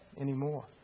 anymore